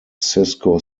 sisko